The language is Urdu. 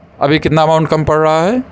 ابھی کتنا اماؤنٹ کم پڑ رہا ہے